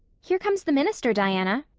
here comes the minister, diana.